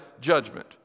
judgment